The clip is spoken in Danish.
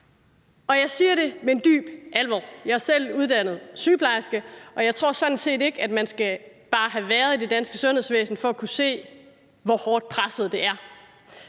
Og jeg siger det med en dyb alvor; jeg er selv uddannet sygeplejerske, og jeg tror sådan set ikke, at man behøver at have været i det danske sundhedsvæsen for at kunne se, hvor hårdt presset det er.